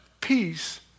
peace